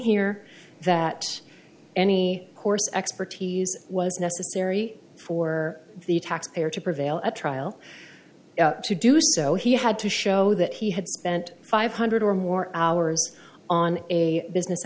here that any course expertise was necessary for the taxpayer to prevail at trial to do so he had to show that he had spent five hundred or more hours on a business